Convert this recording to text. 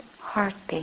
heartbeat